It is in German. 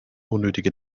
unnötige